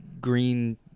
green